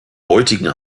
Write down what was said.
heutigen